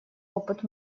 опыт